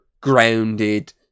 grounded